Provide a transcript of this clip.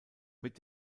mit